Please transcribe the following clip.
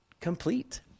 complete